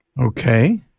Okay